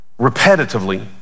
repetitively